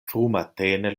frumatene